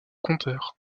conteur